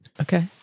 Okay